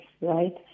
right